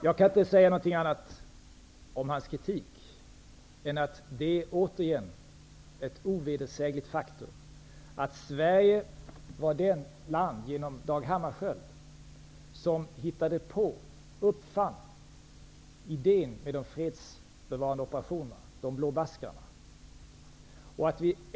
Jag kan inte säga annat om hans kritik än att det återigen är ett ovedersägligt faktum att Sverige var det land som genom Dag Hammarskjöld uppfann idén med de fredsbevarande operationerna, de blå baskrarna.